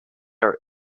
are